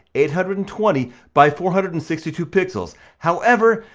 eight hundred and twenty by four hundred and sixty two pixels, however,